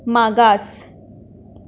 मागास